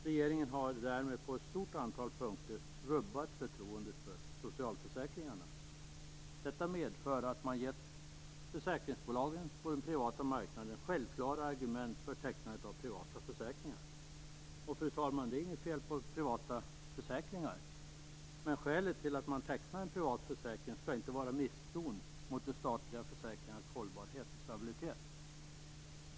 Regeringen har därmed på ett stort antal punkter rubbat förtroendet för socialförsäkringarna. Detta medför att man gett försäkringsbolagen på den privata marknaden självklara argument för tecknande av privata försäkringar. Det är, fru talman, inget fel på privata försäkringar. Men skälet till att man tecknar en privat försäkring skall inte vara misstro mot det statliga försäkringarnas hållbarhet och stabilitet.